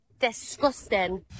Disgusting